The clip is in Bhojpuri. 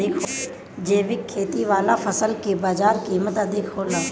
जैविक खेती वाला फसल के बाजार कीमत अधिक होला